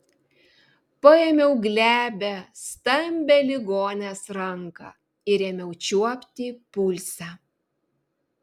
paėmiau glebią stambią ligonės ranką ir ėmiau čiuopti pulsą